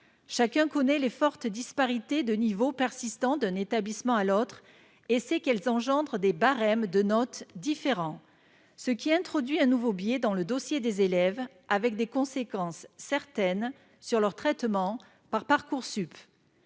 Chacun connaît les fortes disparités de niveaux persistant d'un établissement à l'autre et sait qu'elles engendrent des barèmes de notes différents. Cela introduit un nouveau biais dans le dossier des élèves, avec des conséquences certaines sur leur traitement par Parcoursup.